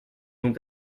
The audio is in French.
ont